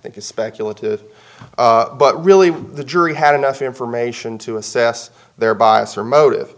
think is speculative but really the jury had enough information to assess their bias or motive